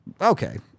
Okay